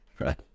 Right